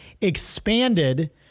expanded